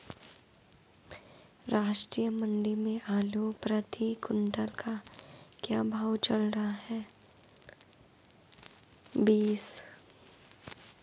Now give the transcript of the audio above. राष्ट्रीय मंडी में आलू प्रति कुन्तल का क्या भाव चल रहा है?